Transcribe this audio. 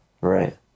right